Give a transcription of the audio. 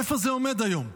איפה זה עומד היום?